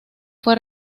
fue